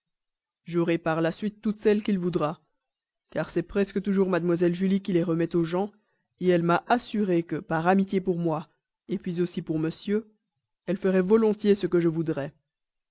j'aurai par la suite toutes celles que je voudrai car c'est presque toujours mlle julie qui les remet aux gens elle m'a assuré que par amitié pour moi puis aussi pour monsieur elle ferait volontiers ce que je voudrais